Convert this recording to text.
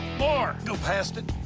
more. go past it?